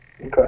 Okay